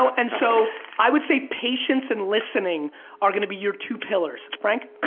so and so i would say patience and listening are gonna be your two pillars. frank?